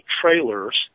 trailers